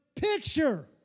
picture